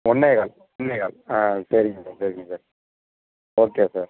ஒன்றே கால் ஒன்றே கால் ஆ சரிங்க சார் சரிங்க சார் ஓகே சார்